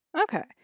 Okay